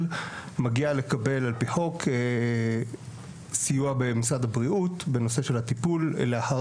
מגיע לקבל סיוע במשרד הבריאות בנושא של הטיפול לאחר